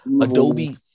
Adobe